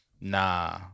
nah